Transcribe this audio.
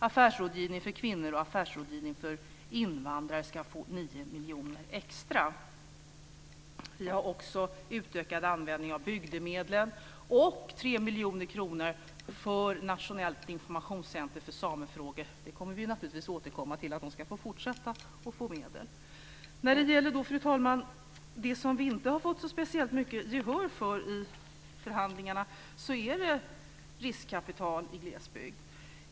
Affärsrådgivning för kvinnor och affärsrådgivning för invandrare ska få 9 miljoner extra. Vidare blir det utökad användning av bygdemedlen och 3 miljoner kronor för nationellt informationscentrum för samefrågor. Vi kommer naturligtvis att återkomma till att de också i fortsättningen ska få medel. Fru talman! Det som vi inte har fått så speciellt mycket gehör för i förhandlingarna är frågan om riskkapital i glesbygd.